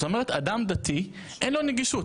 שלאדם דתי אין נגישות.